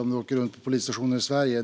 om man åkte runt till polisstationerna i Sverige.